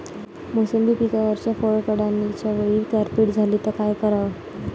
मोसंबी पिकावरच्या फळं काढनीच्या वेळी गारपीट झाली त काय कराव?